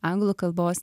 anglų kalbos